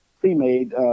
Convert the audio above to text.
pre-made